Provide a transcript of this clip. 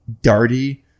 Darty